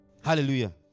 hallelujah